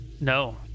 No